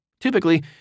Typically